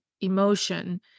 emotion